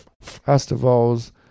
festivals